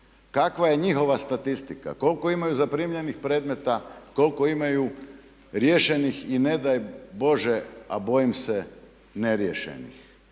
Kakva je njihova statistika? Koliko imaju zaprimljenih predmeta, koliko imaju riješenih i ne daj Bože, a bojim se neriješenih?